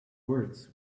words